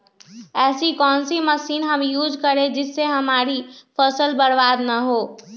ऐसी कौन सी मशीन हम यूज करें जिससे हमारी फसल बर्बाद ना हो?